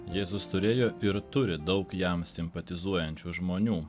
jėzus turėjo ir turi daug jam simpatizuojančių žmonių